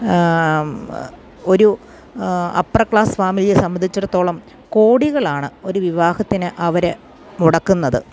ഒരു upper class ഫാമിലിയെ സംബന്ധിച്ചിടത്തോളം കോടികളാണ് ഒരു വിവാഹത്തിന് അവരെ മുടക്കുന്നത്